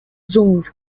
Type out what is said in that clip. zones